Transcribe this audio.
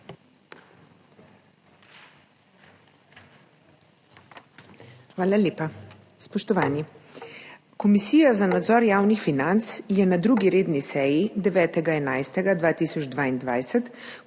Hvala lepa. Spoštovani! Komisija za nadzor javnih financ je na 2. redni seji 9. 11. 2022